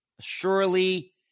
Surely